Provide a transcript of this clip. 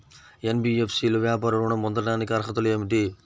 NBFC లో వ్యాపార ఋణం పొందటానికి అర్హతలు ఏమిటీ?